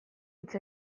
hitz